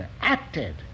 acted